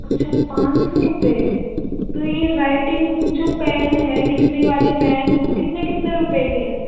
अच्छा पाँच साै रुपए तो यह राइटिंग जो पेन है लिखने वाले पेन वह कितने कितने रुपए के है